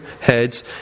heads